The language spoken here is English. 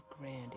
Grand